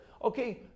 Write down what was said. Okay